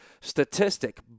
statistic